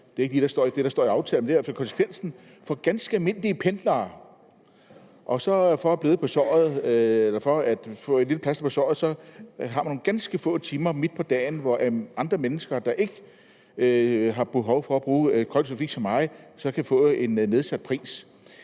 det er ikke lige det, der står i aftalen, men det er altså konsekvensen – for ganske almindelige pendlere. Og som et lille plaster på såret har man nogle ganske få timer midt på dagen, hvor andre mennesker, der ikke har behov for at bruge kollektiv trafik lige så meget, kan få billetten til nedsat pris.